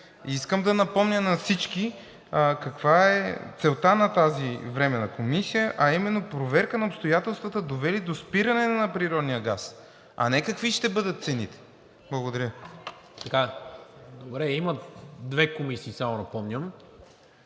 Искам да напомня на всички каква е целта на тази Временна комисия, а именно проверка на обстоятелствата, довели до спиране на природния газ, а не какви ще бъдат цените. Благодаря Ви. ПРЕДСЕДАТЕЛ НИКОЛА МИНЧЕВ: Така, добре. Има две комисии – само напомням.